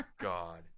god